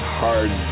hard